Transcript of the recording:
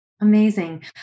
Amazing